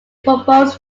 proposed